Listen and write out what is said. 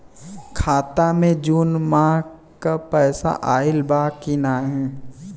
खाता मे जून माह क पैसा आईल बा की ना?